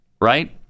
Right